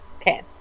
Okay